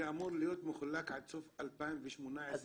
זה אמור להיות מחולק עד סוף 2018. אז